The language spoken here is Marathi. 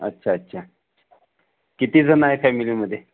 अच्छा अच्छा किती जण आहे फॅमिलीमध्ये